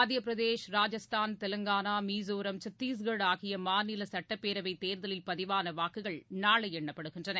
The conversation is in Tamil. மத்தியப்பிரதேஷ் ராஜஸ்தான் தெலங்கனா மிசோராம் சத்தீஷ்கர் ஆகிய மாநில சட்டப்பேரவைத் தேர்தலில் பதிவான வாக்குகள் நாளை எண்ணப்படுகின்றன